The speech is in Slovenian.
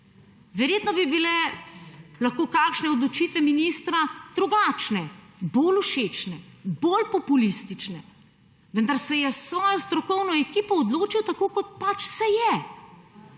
Verjetno bi bile lahko kakšne odločitve ministra drugačne, bolj všečne, bolj populistične, vendar se je s svojo strokovno ekipo odločil tako, kot pač se je.